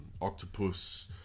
octopus